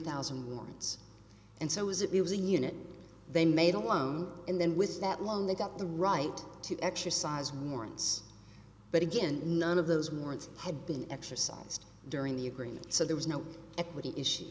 thousand words and so as it was a unit they made a loan and then with that loan they got the right to exercise morns but again none of those words had been exercised during the agreement so there was no equity issue